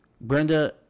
Brenda